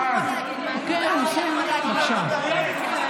נגמר לך הזמן.